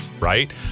Right